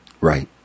Right